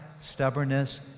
stubbornness